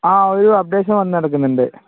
ആ ഒരു അപ്ഡേഷൻ വന്ന് കിടക്കുന്നുണ്ട്